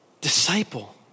disciple